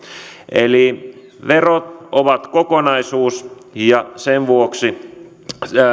eli verot ovat kokonaisuus ja sen vuoksi